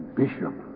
bishop